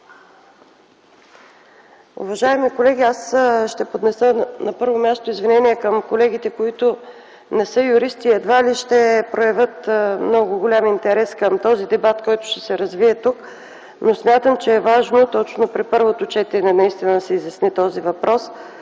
Уважаеми колеги, на първо място ще поднеса извинение към колегите, които не са юристи, и едва ли ще проявят много голям интерес към дебата, който ще се развие тук. Смятам, че е важно точно при първото четене да се изясни този въпрос,